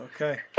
okay